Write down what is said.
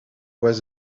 was